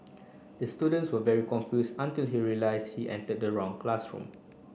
the student was very confused until he realised he entered the wrong classroom